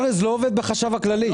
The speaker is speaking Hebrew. להיות,